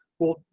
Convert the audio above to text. well,